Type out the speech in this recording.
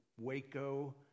Waco